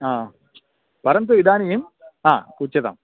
हा परन्तु इदानीं हा उच्यताम्